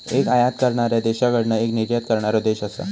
एक आयात करणाऱ्या देशाकडना एक निर्यात करणारो देश असा